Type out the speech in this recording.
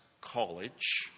college